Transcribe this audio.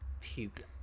puke